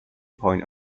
point